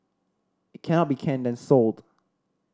it can be canned and sold